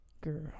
girl